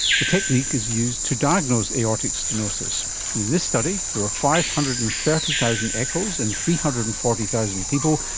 the technique is used to diagnose aortic stenosis. and in this study there were five hundred and thirty thousand echoes and three hundred and forty thousand people,